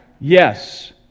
Yes